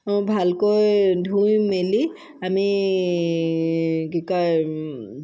ভালকৈ ধুই মেলি আমি কি কয়